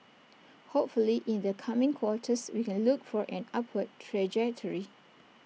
hopefully in the coming quarters we can look for an upward trajectory